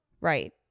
Right